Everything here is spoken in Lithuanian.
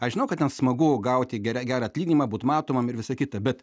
aš žinau kad ten smagu gauti gera gerą atlyginimą būt matomam ir visa kita bet